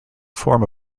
form